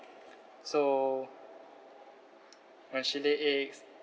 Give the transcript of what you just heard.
so when she lay eggs